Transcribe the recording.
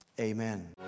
Amen